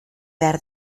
behar